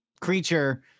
creature